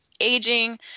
aging